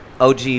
Og